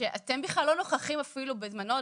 שאתם בכלל לא נוכחים אפילו בזמנו,